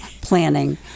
planning